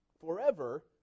forever